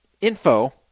info